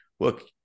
look